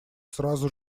сразу